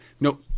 Nope